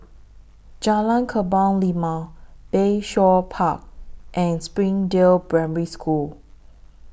Jalan Kebun Limau Bayshore Park and Springdale Primary School